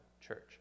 church